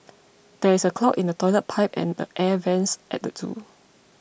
there is a clog in the Toilet Pipe and the Air Vents at the zoo